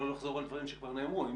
לא נחזור על דברים שכבר נאמרו אני